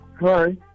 hi